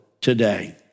today